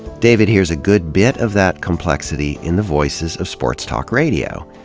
david hears a good bit of that complexity in the voices of sports talk radio.